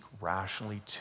rationally